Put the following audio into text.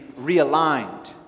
realigned